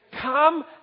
come